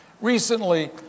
Recently